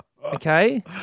Okay